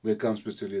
vaikams specialiai